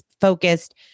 focused